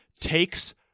takes